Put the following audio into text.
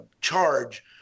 charge